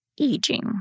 aging